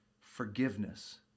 Forgiveness